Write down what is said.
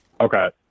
Okay